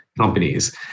companies